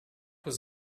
was